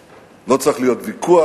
ועל כך לא צריך להיות ויכוח,